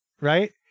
right